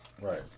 right